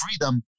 freedom